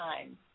time